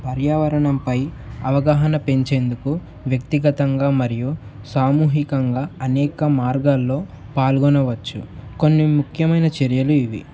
పర్యావరణంపై అవగాహన పెంచేందుకు వ్యక్తిగతంగా మరియు సామూహికంగా అనేక మార్గాల్లో పాల్గొనవచ్చు కొన్ని ముఖ్యమైన చర్యలు ఇవి